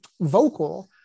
vocal